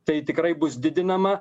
tai tikrai bus didinama